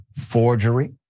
forgery